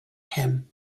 him